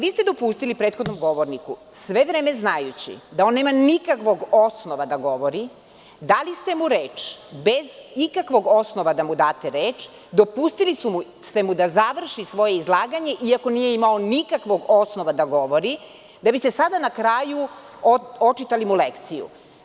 Vi ste dopustili prethodnom govorniku sve vreme znajući da on nema nikakvog osnova da govori, dali ste mu reč bez ikakvog osnova da mu date reč dopustili ste mu da završi svoje izlaganje iako nije imao nikakvog osnova da govori da biste sada na kraju očitali mu lekciju.